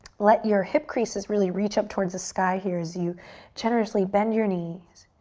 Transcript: let your hip creases really reach up towards the sky here as you generously bend your knees.